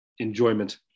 Enjoyment